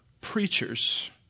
preachers